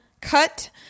cut